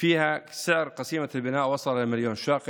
והיא אשר שולטת במחירים ובמכרזים.